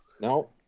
No